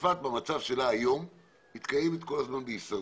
צפת במצב שלה היום מתקיימת כל הזמן בהישרדות,